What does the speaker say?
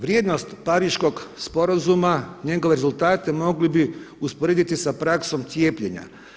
Vrijednost Pariškog sporazuma, njegove rezultate mogli bi usporediti sa praksom cijepljenja.